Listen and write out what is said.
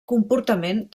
comportament